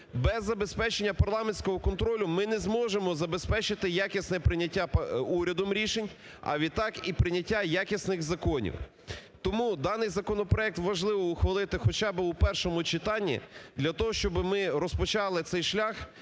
Без забезпечення парламентського контролю ми не зможемо забезпечити якісне прийняття урядом рішень, а відтак і прийняття якісних законів. Тому даний законопроект важливо ухвалити хоча б у першому читанні для того, щоб ми розпочали цей шлях